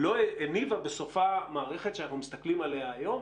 הניבה בסופה מערכת שאנחנו מסתכלים עליה היום,